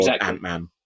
Ant-Man